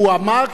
הוא אמר,